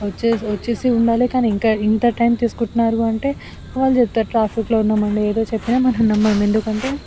వచ్చేసి వచ్చేసి ఉండాలే కానీ ఇంకా ఎంత టైం తీసుకుంటున్నారు అంటే వాళ్ళు చెప్తారు ట్రాఫిక్లో ఉన్నాము అండి ఏదో చెప్పినా మనం నమ్మం ఎందుకంటే